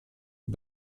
och